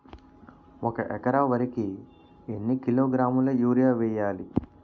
ఒక ఎకర వరి కు ఎన్ని కిలోగ్రాముల యూరియా వెయ్యాలి?